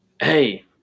Hey